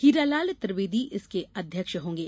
हीरालाल त्रिवेदी इसके अध्यक्ष होंगे